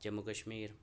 Jammu Kashmir